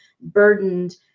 burdened